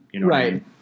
Right